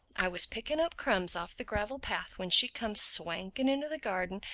i was picking up crumbs off the gravel path when she comes swanking into the garden,